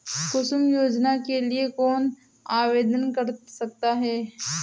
कुसुम योजना के लिए कौन आवेदन कर सकता है?